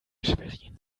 schwerin